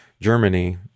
Germany